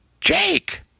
Jake